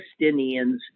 Palestinians